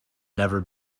never